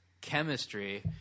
chemistry –